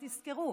תזכרו,